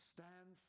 Stand